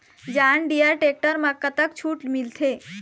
John Deere tractor म कतक छूट मिलथे?